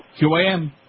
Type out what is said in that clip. QAM